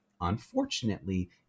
unfortunately